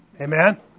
Amen